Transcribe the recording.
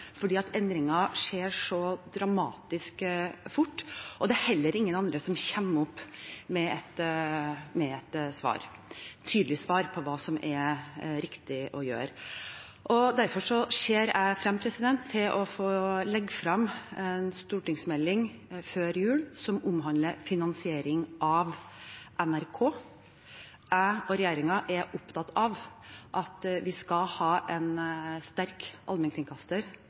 skjer så dramatisk fort, og det er heller ingen andre som kommer opp med et tydelig svar på hva som er riktig å gjøre. Derfor ser jeg frem til å få legge frem en stortingsmelding før jul som omhandler finansiering av NRK. Jeg og regjeringen er opptatt av at vi skal ha en sterk allmennkringkaster